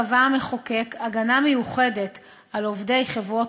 קבע המחוקק הגנה מיוחדת על עובדי חברות